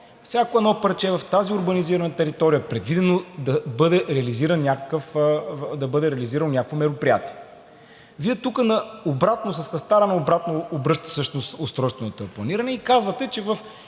всяко едно парче в тази урбанизирана територия е предвидено да бъде реализирано някакво мероприятие. Вие тук всъщност обръщате с хастара на обратно устройственото планиране и казвате, че в